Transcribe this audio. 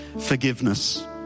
forgiveness